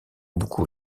beaucoup